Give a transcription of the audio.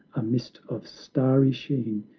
a mist of starry sheen.